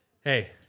Hey